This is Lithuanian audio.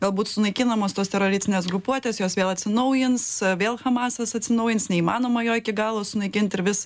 galbūt sunaikinamos tos teroristinės grupuotės jos vėl atsinaujins vėl hamasas atsinaujins neįmanoma jo iki galo sunaikint ir vis